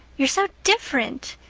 you're so different.